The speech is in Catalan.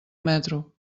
metro